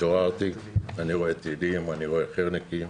התעוררתי ואני רואה טילים ואני רואה חי"רניקים.